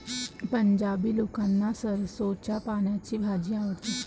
पंजाबी लोकांना सरसोंच्या पानांची भाजी आवडते